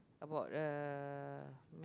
about the